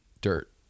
dirt